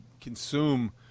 consume